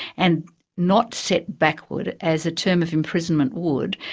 and not set backward as a term of imprisonment would,